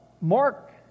Mark